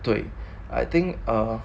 对 I think uh